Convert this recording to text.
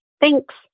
Thanks